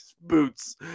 boots